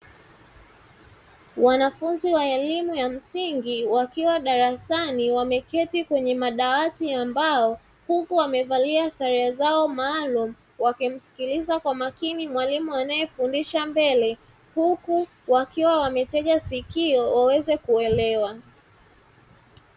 Wanafunzi wa elimu ya msingi wakiwa darasani, wameketi kwenye madawati ya mbao, huku wamevalia sare zao maalum, wakimsikiliza kwa makini mwalimu anayefundisha mbele, huku wakiwa wametega sikio waweze kuelewa.